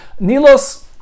nilos